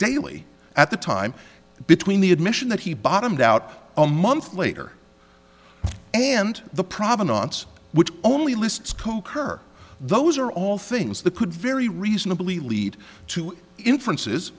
daily at the time between the admission that he bottomed out a month later and the provenance which only lists concur those are all things that could very reasonably lead to inferences